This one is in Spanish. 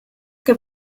que